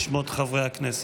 אנחנו נעבור להצביע על ההצעה